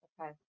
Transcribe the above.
okay